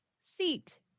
seat